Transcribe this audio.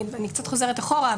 אני קצת חוזרת אחורה,